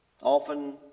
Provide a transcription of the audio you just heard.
often